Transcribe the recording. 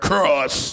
Cross